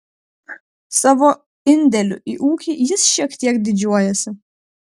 savo indėliu į ūkį jis šiek tiek didžiuojasi